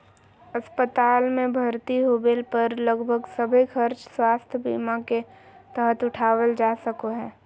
अस्पताल मे भर्ती होबे पर लगभग सभे खर्च स्वास्थ्य बीमा के तहत उठावल जा सको हय